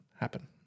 happen